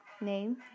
name